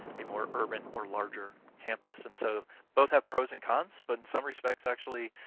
a more urban or larger campus. and so both have pros and cons, but in some respects actually,